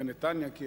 בנתניה,